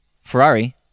Ferrari